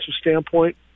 standpoint